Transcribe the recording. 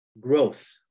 growth